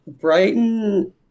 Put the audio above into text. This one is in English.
Brighton